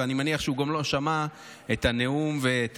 ואני מניח שהוא גם לא שמע את הנאום ואת